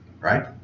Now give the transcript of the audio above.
right